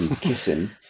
kissing